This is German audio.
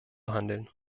handeln